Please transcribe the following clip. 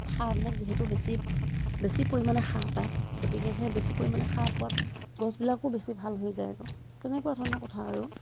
সাৰবিলাক যিহেতু বেছি বেছি পৰিমাণে সাৰ পায় গতিকে সেই বেছি পৰিমাণে সাৰ পোৱাত গছবিলাকো বেছি ভাল হৈ যায় তেনেকুৱা ধৰণৰ কথা আৰু